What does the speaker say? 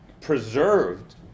preserved